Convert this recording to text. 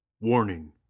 Warning